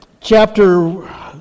chapter